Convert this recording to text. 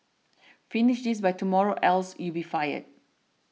finish this by tomorrow else you'll be fired